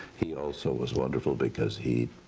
he also was wonderful because he